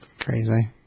crazy